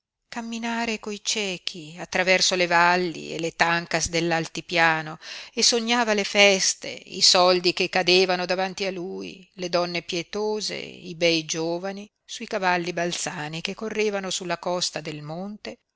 camminare coi ciechi attraverso le valli e le tancas dell'altipiano e sognava le feste i soldi che cadevano davanti a lui le donne pietose i bei giovani sui cavalli balzani che correvano sulla costa del monte